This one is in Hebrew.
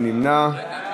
מי נמנע?